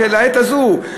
לעת הזאת,